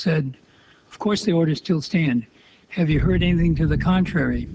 said of course the orders to student have you heard anything to the contrary